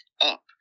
up